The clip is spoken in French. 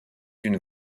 une